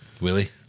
Willie